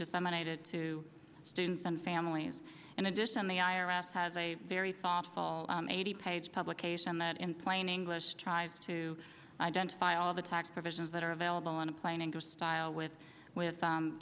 disseminated to students and families in addition the i r s has a very thoughtful eighty page publication that in plain english tries to identify all the tax provisions that are available on a plane and go style with